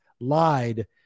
lied